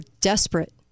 desperate